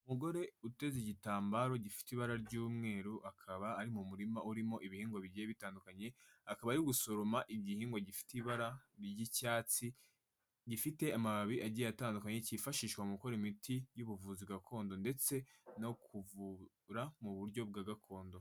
Umugore uteze igitambaro gifite ibara ry'umweru akaba ari mu murima urimo ibihingwa bigiye bitandukanye, akaba ari gusoroma igihingwa gifite ibara ry'icyatsi, gifite amababi agiye atandukanye kifashishwa mu gukora imiti y'ubuvuzi gakondo ndetse no kuvura mu buryo bwa gakondo.